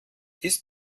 ist